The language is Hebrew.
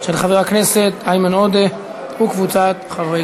של חבר הכנסת איימן עודה וקבוצת חברי